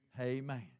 amen